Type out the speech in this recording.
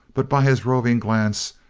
but by his roving glance,